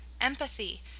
empathy